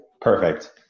Perfect